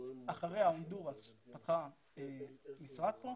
אחריה הונדורס שפתחה משרד פה.